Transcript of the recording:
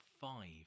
five